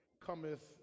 cometh